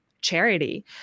charity